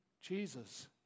Jesus